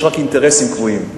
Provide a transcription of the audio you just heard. יש רק אינטרסים קבועים.